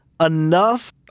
enough